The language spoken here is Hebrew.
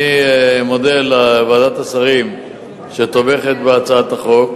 אני מודה לוועדת השרים שתומכת בהצעת החוק.